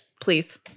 Please